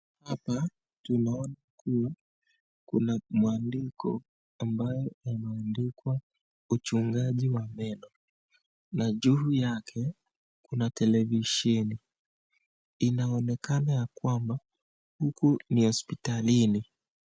Hapa tunaona kuwa kuna maandiko ambayo yameandikwa uchungaji wa meno na juu yake kuna televisheni. Inaonekana ya kwamba, huku ni hospitalini.